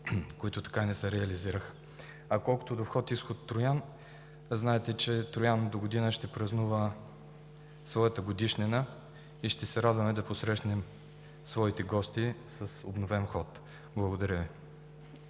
които така и не се реализираха. Колкото до входа и изхода на Троян, знаете, че Троян догодина ще празнува своята годишнина и ще се радваме да посрещнем своите гости с обновен вход. Благодаря Ви.